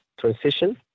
transition